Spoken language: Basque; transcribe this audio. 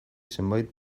zenbait